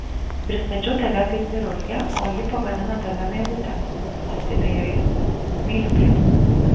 pristačiau tave kaip chirurgę o ji pavadino tave meilute nusistebėjo jis myliu pietus